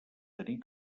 tenir